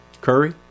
Curry